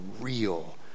real